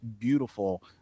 beautiful